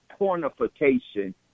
pornification